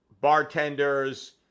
bartenders